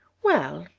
well,